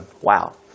Wow